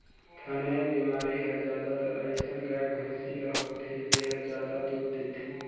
थनैल बेमारी हर जादातर अइसन गाय, भइसी ल होथे जेहर जादा दूद देथे